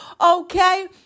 Okay